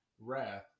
wrath